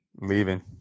leaving